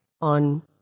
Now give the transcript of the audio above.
on